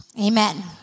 Amen